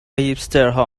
هیپسترها